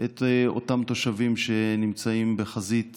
את אותם תושבים שנמצאים בחזית